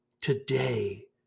today